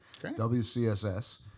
WCSS